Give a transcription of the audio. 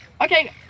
Okay